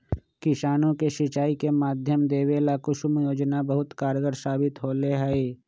किसानों के सिंचाई के माध्यम देवे ला कुसुम योजना बहुत कारगार साबित होले है